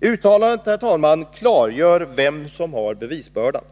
Uttalandet, herr talman, klargör vem som har bevisbördan.